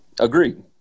Agreed